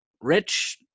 rich